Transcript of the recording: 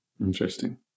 Interesting